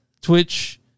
Twitch